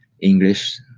English